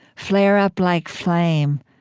flare up like flame